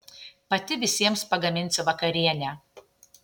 pati visiems pagaminsiu vakarienę